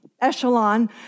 echelon